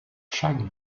chaque